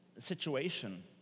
situation